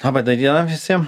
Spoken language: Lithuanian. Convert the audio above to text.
labą da dieną visiem